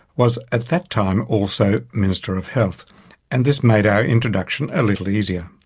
was at that time also minster of health and this made our introduction a little easier.